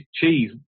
cheese